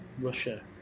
Russia